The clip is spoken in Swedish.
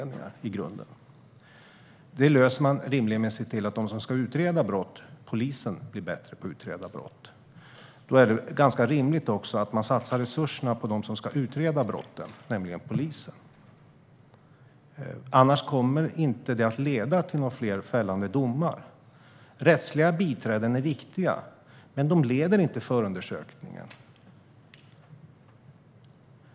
Det löser man rimligen genom att se till att de som ska utreda brott, polisen, blir bättre på det och genom att satsa resurserna på dem. Annars kommer vi inte att få fler fällande domar. Rättsliga biträden är viktiga, men de leder inte förundersökningar.